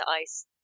ice